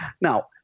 Now